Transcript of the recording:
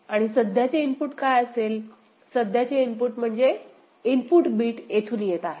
आणि सध्याचे इनपुट काय असेल सध्याचे इनपुट म्हणजे इनपुट बिट येथून येत आहे